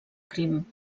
crim